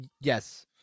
yes